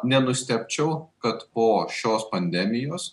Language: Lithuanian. nenustebčiau kad po šios pandemijos